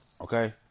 okay